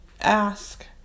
ask